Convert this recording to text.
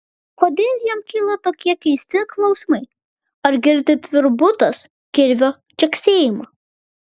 kodėl jam kyla tokie keisti klausimai ar girdi tvirbutas kirvio čeksėjimą